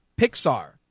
Pixar